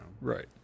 Right